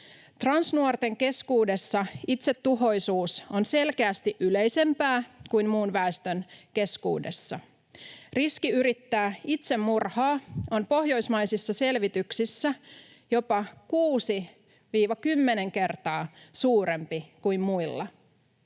Transnuorten keskuudessa itsetuhoisuus on selkeästi yleisempää kuin muun väestön keskuudessa. Riski yrittää itsemurhaa on pohjoismaisissa selvityksissä jopa 6–10 kertaa suurempi kuin muilla.